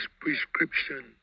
prescription